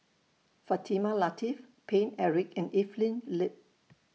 Fatimah Lateef Paine Eric and Evelyn Lip